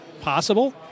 possible